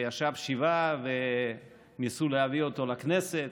ישב שבעה וניסו להביא אותו לכנסת.